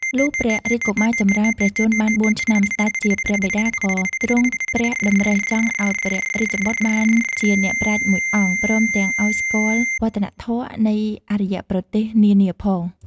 លុះព្រះរាជកុមារចម្រើនព្រះជន្មបាន ៤ ឆ្នាំ ស្ដេចជាព្រះបិតាក៏ទ្រង់ព្រះតម្រិះចង់ឲ្យព្រះរាជបុត្របានជាអ្នកប្រាជ្ញមួយអង្គ ព្រមទាំងឲ្យស្គាល់វឌ្ឍនធម៌នៃអារ្យប្រទេសនានាផង ។